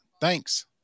Thanks